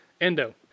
Endo